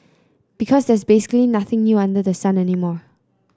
because there's basically nothing new under the sun anymore